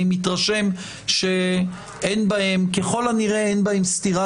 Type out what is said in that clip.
אני מתרשם שככל הנראה אין בהן סתירה